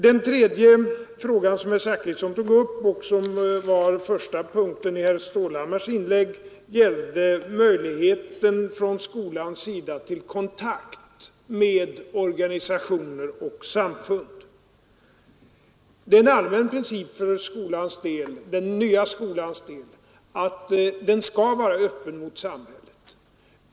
Den tredje frågan som herr Zachrisson tog upp och som var första punkten i herr Stålhammars inlägg gällde möjligheten för skolan till kontakt med organisationer och samfund. Det är en allmän princip för den nya skolan att den skall vara öppen mot samhället.